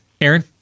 Aaron